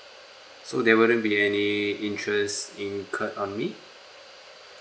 so there wouldn't be any interest incurred on me